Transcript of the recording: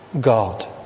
God